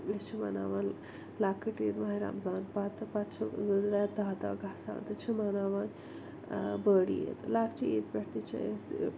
أسۍ چھِ مناوان لۄکٕٹ عید ماہِ رمضان پتہٕ پتہٕ چھِ زٕ رٮ۪تھ داہ دۄہ گژھان تہٕ چھِ مناوان بٔڑ عید لۄکچہٕ عید پٮ۪ٹھ تہِ چھِ أسۍ